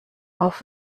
auf